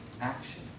action